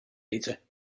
eten